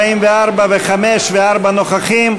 44 ו-5 ו-4 נוכחים,